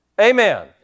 Amen